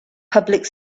public